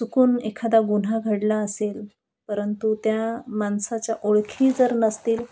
चुकून एखादा गुन्हा घडला असेल परंतु त्या माणसाच्या ओळखी जर नसतील